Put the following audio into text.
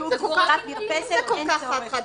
בסגירת מרפסת אין צורך.